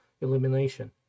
elimination